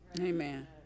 Amen